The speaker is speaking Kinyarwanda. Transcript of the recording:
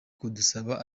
kudusaba